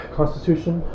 constitution